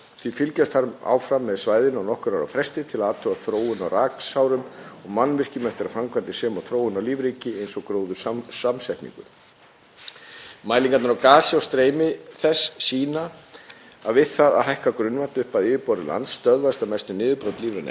Mælingar á gasi og streymi þess sýna að við það að hækka grunnvatn upp að yfirborði lands stöðvast að mestu niðurbrot lífrænna efna og losun koltvísýrings stöðvast því jarðvegsdýr og örverur drepast eða hætta öllu niðurbroti lífrænna efna.